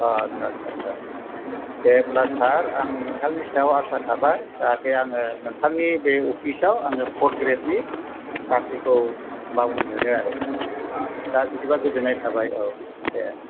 आदसा आदसा आदसा दे होमब्ला सार आं नोंथांनि सायाव आसा थाबाय जाहाथे आङो नोंथांनि बे अफिस आव आङो फर ग्रेडनि साख्रिखौ मावनो मोनो आरो सार बिदिब्ला गोजोननाय थाबाय औ दे